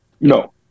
No